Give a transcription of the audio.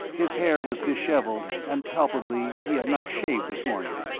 his hair was dishevelled and palpably he had not shaved this morning.